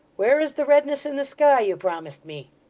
where is the redness in the sky, you promised me